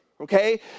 okay